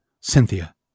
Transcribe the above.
Cynthia